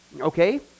Okay